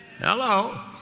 Hello